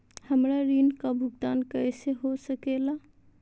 हमरा ऋण का भुगतान कैसे हो सके ला?